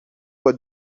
for